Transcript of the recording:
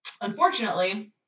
Unfortunately